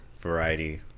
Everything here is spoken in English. variety